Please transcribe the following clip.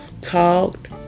talked